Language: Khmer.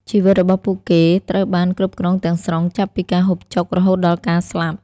ជីវិតរបស់ពួកគេត្រូវបានគ្រប់គ្រងទាំងស្រុង ចាប់ពីការហូបចុក រហូតដល់ការស្លាប់។